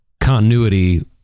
continuity